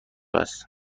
است